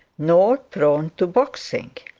nor prone to boxing.